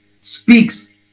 speaks